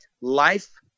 life